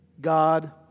God